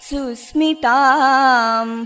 Susmitam